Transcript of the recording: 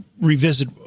revisit